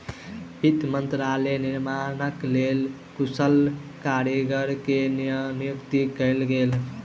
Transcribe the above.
वित्त मंत्रालयक निर्माणक लेल कुशल कारीगर के नियुक्ति कयल गेल